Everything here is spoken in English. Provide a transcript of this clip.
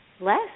less